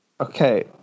Okay